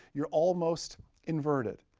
you're almost inverted.